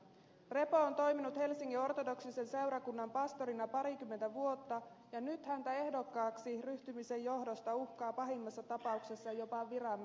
repo on toiminut helsingin ortodoksisen seurakunnan pastorina parikymmentä vuotta ja nyt häntä ehdokkaaksi ryhtymisen johdosta uhkaa pahimmassa tapauksessa jopa viran menettäminen